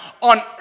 on